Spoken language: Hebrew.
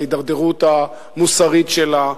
בהידרדרות המוסרית שלה,